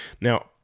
Now